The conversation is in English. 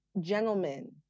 gentlemen